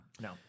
no